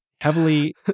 heavily